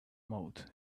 mouth